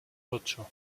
ocho